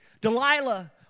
Delilah